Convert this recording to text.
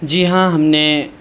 جی ہاں ہم نے